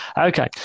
Okay